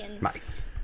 Nice